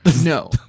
No